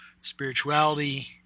spirituality